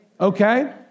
okay